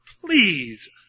please